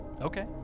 Okay